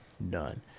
None